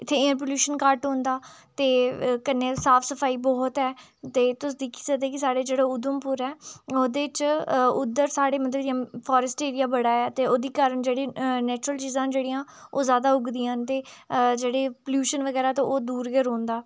इ'त्थें air pollution घट्ट होंदा ते कन्नै साफ सफाई बहोत ऐ ते तुस दिक्खी सकदे कि साढ़े जेह्ड़े उधमपुर ऐ ओह्दे च उद्धर साढ़े मतलब फॉरेस्ट एरिया बड़ा ऐ ते ओह्दे कारण जेह्ड़े नेचुरल चीज़ां न जेह्ड़ियां ओह् जादा उगदियां न ते जेह्ड़े पलूशन बगैरा न ते ओह् दूर गै रौह्ंदा